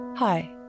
Hi